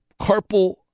carpal